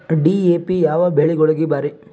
DAP ಯಾವ ಬೆಳಿಗೊಳಿಗ ಭಾರಿ?